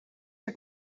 que